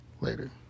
Later